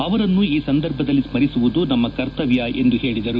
ಅವರನ್ನು ಈ ಸಂದರ್ಭದಲ್ಲಿ ಸ್ಟರಿಸುವುದು ನಮ್ಮ ಕರ್ತಮ್ಯ ಎಂದು ಹೇಳಿದರು